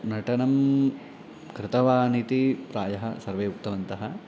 नटनं कृतवानिति प्रायः सर्वे उक्तवन्तः